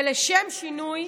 ולשם שינוי,